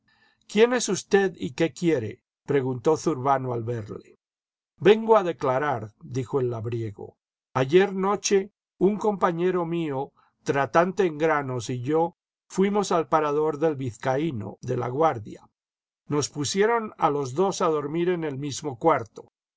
jquién es usted y qué quiere preguntó zurbano al verle vengo a declarar dijo el labriego ayer noche un compañero mío tratante en granos y yo fuimos al parador del vizcaíno de laguardia nos pusieron a los dos a dormir en el mismo cuarto